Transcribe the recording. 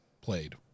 played